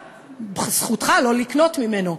זכותך לא לקנות ממנו.